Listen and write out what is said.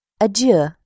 Adieu